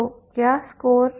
तो क्या है स्कोर